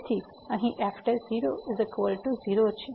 તેથી અહીં f0 0 છે